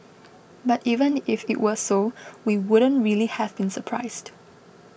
but even if it were so we wouldn't really have been surprised